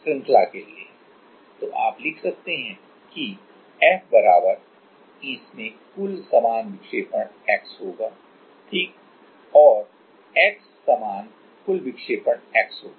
तो तब आप लिख सकते हैं कि F इसमें कुल समान विक्षेपण x होगा ठीक ओर x समान कुल विक्षेपण x होगा